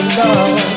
love